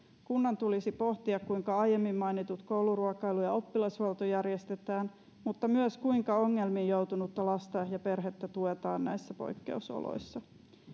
kunnan tulisi pohtia sitä kuinka aiemmin mainitut kouluruokailu ja oppilashuolto järjestetään mutta myös sitä kuinka ongelmiin joutunutta lasta ja perhettä tuetaan näissä poikkeusoloissa